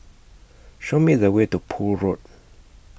Show Me The Way to Poole Road